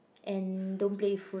and don't play with food